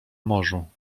morzu